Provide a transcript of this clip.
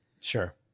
Sure